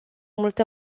multă